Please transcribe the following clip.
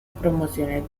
promociones